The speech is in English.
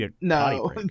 No